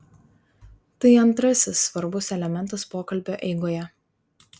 tai antrasis svarbus elementas pokalbio eigoje